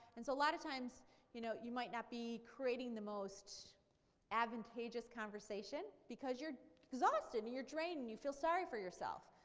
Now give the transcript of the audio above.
and so a lot of times you know you might not be creating the most advantageous conversation because you're exhausted and you're drained and you feel sorry for yourself.